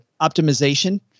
optimization